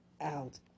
out